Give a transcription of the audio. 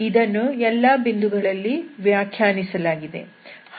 ಇದನ್ನು ಎಲ್ಲಾ ಬಿಂದುಗಳಲ್ಲಿ ವ್ಯಾಖ್ಯಾನಿಸಲಾಗಿದೆ